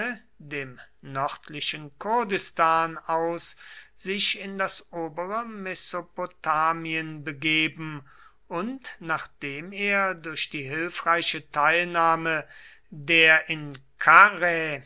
dem nördlichen kurdistan aus sich in das obere mesopotamien begeben und nachdem er durch die hilfreiche teilnahme der in karrhä